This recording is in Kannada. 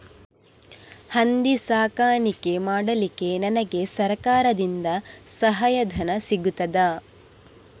ಹಂದಿ ಸಾಕಾಣಿಕೆ ಮಾಡಲಿಕ್ಕೆ ನನಗೆ ಸರಕಾರದಿಂದ ಸಹಾಯಧನ ಸಿಗುತ್ತದಾ?